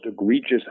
egregious